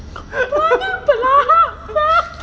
perangai pelahap lah